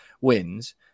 wins